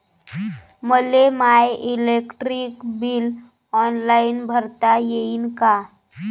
मले माय electric bill online भरता येईन का?